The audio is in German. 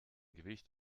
gewicht